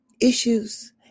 issues